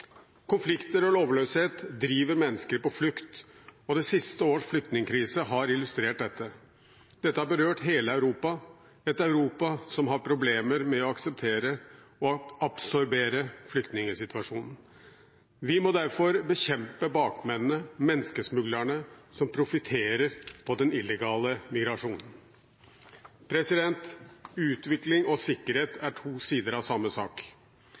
Konflikter og lovløshet driver mennesker på flukt, og det siste års flyktningkrise har illustrert dette. Dette har berørt hele Europa, et Europa som har hatt problemer med å akseptere og absorbere flyktningsituasjonen. Vi må derfor bekjempe bakmennene, menneskesmuglerne som profitterer på den illegale migrasjonen. Utvikling og sikkerhet er to sider av samme sak.